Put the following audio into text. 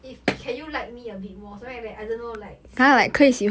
if can you like me a bit more something like that I don't know like 喜欢 like